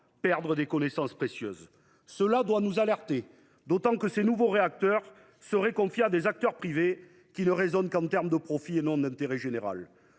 perdre des connaissances précieuses. Cela doit nous alerter, d’autant que ces nouveaux réacteurs seraient confiés à des acteurs privés, qui ne raisonnent qu’en termes de profit, et non d’intérêt général.